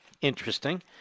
interesting